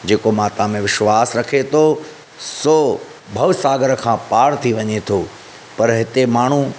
जेको माता में विश्वासु रखे थो सो भवसागर खां पारु थी वञे थो पर हिते माण्हू